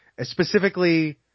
Specifically